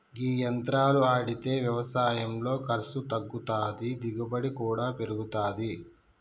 గీ యంత్రాలు ఆడితే యవసాయంలో ఖర్సు తగ్గుతాది, దిగుబడి కూడా పెరుగుతాది